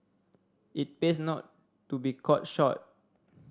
it pays not to be caught short